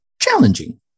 challenging